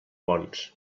bons